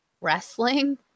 wrestling